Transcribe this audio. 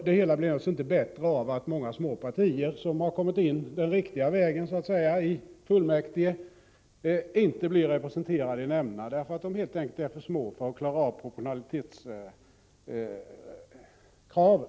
Det hela blir inte bättre av att många små partier som har kommit in i fullmäktige den ”riktiga” vägen inte blir representerade i nämnderna därför att de helt enkelt är för små för att klara proportionalitetskraven.